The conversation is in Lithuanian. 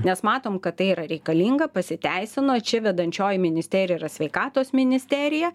nes matom kad tai yra reikalinga pasiteisino čia vedančioji ministerija yra sveikatos ministerija